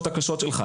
הקשות שלך.